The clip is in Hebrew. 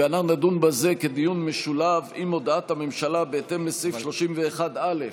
ונדון בזה כדיון משולב עם הודעת הממשלה בהתאם לסעיף 31(א)